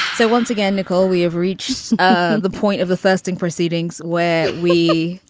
so once again, nicole, we have reached the point of the first in proceedings where we are,